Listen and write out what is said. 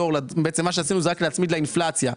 בעצם, מה שעשינו זה רק להצמיד לאינפלציה.